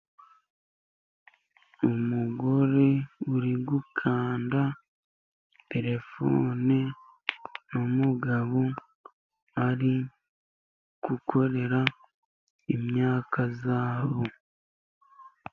Umugore uri gukanda terefoni n'umugabo, bari gukorera imyaka yabo.